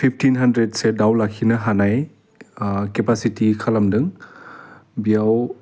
fifteen हानड्रेडसो दाउ लाखिनो हानाय केफासिटि खालामदों बियाव